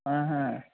ఆహ